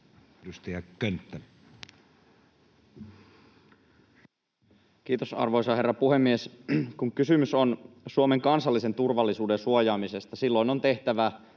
Edustaja Könttä. Kiitos, arvoisa herra puhemies! Kun kysymys on Suomen kansallisen turvallisuuden suojaamisesta, silloin meidän on tehtävä